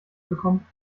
bekommen